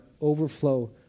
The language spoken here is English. overflow